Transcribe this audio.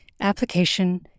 application